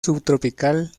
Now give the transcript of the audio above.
subtropical